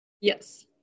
Yes